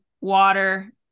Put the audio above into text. water